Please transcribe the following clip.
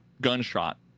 gunshot